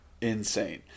insane